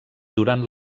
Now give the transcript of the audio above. durant